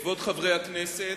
כבוד חברי הכנסת,